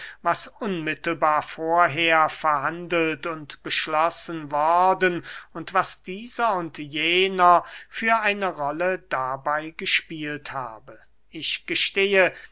was unmittelbar vorher verhandelt und beschlossen worden und was dieser und jener für eine rolle dabey gespielt habe ich gestehe